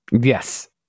Yes